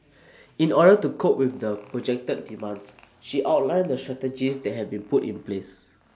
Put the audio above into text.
in order to cope with the projected demands she outlined the strategies that have been put in place